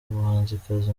umuhanzikazi